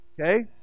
okay